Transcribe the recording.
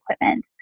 equipment